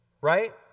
right